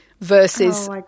versus